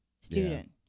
student